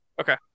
okay